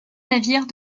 navire